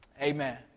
Amen